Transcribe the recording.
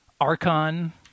Archon